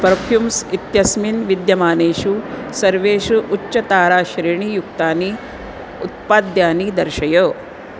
perfumes इत्यस्मिन् विद्यमानेषु सर्वेषु उच्चताराश्रेणीयुक्तानि उत्पाद्यानि दर्शय